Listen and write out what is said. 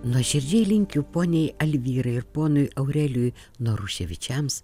nuoširdžiai linkiu poniai alvyrai ir ponui aurelijui noruševičiams